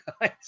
guys